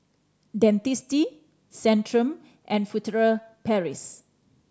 Dentiste Centrum and Furtere Paris